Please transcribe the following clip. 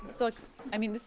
looks i mean, this